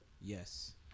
Yes